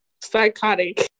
Psychotic